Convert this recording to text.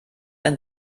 ein